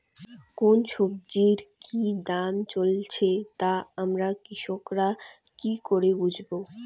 কোন সব্জির কি দাম চলছে তা আমরা কৃষক রা কি করে বুঝবো?